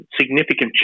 significant